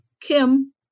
Kim